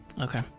okay